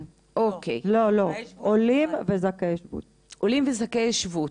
לא, עולים וזכאי שבות.